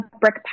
brick